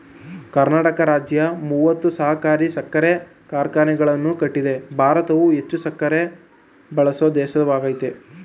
ಕರ್ನಾಟಕ ರಾಜ್ಯ ಮೂವತ್ತು ಸಹಕಾರಿ ಸಕ್ಕರೆ ಕಾರ್ಖಾನೆಗಳನ್ನು ಕಟ್ಟಿದೆ ಭಾರತವು ಹೆಚ್ಚು ಸಕ್ಕರೆ ಬಳಸೋ ದೇಶವಾಗಯ್ತೆ